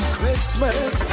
Christmas